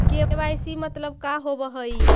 KYC मतलब का होव हइ?